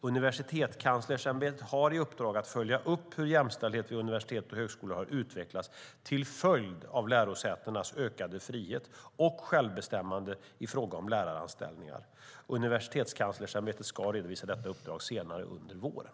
Universitetskanslersämbetet har i uppdrag att följa upp hur jämställdheten vid universitet och högskolor har utvecklats till följd av lärosätenas ökade frihet och självbestämmande i fråga om läraranställningar. Universitetskanslersämbetet ska redovisa detta uppdrag senare under våren.